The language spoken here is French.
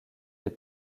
des